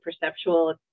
perceptual